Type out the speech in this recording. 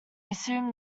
assume